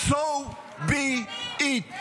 So be it.